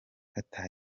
qatar